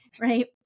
right